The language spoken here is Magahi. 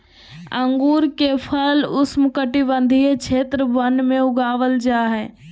अंगूर के फल उष्णकटिबंधीय क्षेत्र वन में उगाबल जा हइ